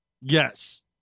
Yes